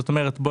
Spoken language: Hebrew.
כמו,